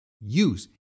use